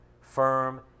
Firm